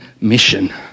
mission